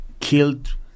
killed